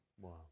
wow